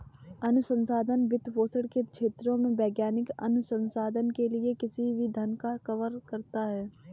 अनुसंधान वित्तपोषण के क्षेत्रों में वैज्ञानिक अनुसंधान के लिए किसी भी धन को कवर करता है